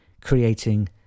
creating